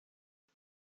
jag